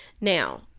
Now